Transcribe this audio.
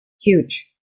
Huge